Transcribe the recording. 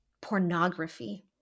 Pornography